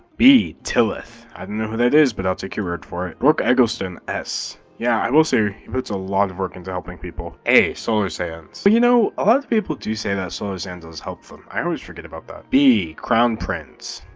b tillith. i don't know who that is but i'll take your word for it. brookes eggleston, s. yeah, i will say, he puts a lot of work into helping people. a solar sands. well you know, a lot of people do say that solar sands has helped them. i always forget about that. b crowne prince.